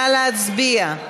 נא להצביע.